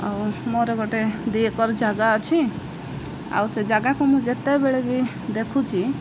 ଆଉ ମୋର ଗୋଟେ ଦୁଇ ଏକର୍ ଜାଗା ଅଛି ଆଉ ସେ ଜାଗାକୁ ମୁଁ ଯେତେବେଳେ ବି ଦେଖୁଛି